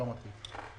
דבר שיש עליו קונצנזוס.